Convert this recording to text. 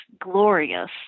glorious